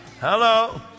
Hello